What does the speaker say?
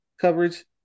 coverage